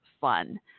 fun